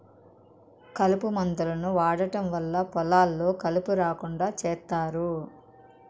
కలుపు మందులను వాడటం వల్ల పొలాల్లో కలుపు రాకుండా చేత్తారు